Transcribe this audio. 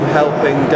helping